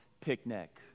picnic